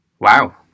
Wow